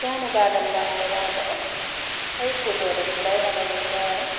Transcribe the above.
सानो गार्डन बनाएर ढकमक्कै फुलहरू फुलाइरहेको रहेछ है